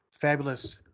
fabulous